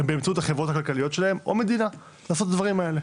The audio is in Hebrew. באמצעות החברות הכלכליות שלהן או למדינה לעשות את הדברים האלה.